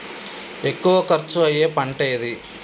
ఎక్కువ ఖర్చు అయ్యే పంటేది?